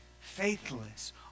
faithless